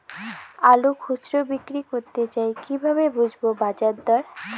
আলু খুচরো বিক্রি করতে চাই কিভাবে বুঝবো বাজার দর?